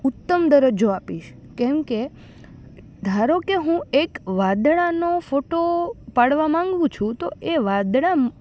ઉત્તમ દરજ્જો આપીશ કેમકે ધારો કે હું એક વાદળાંનો ફોટો પાડવા માગું છું તો એ વાદળાં